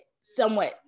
somewhat